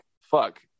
fuck